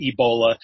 Ebola